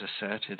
asserted